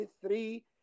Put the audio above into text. three